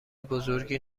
بزرگی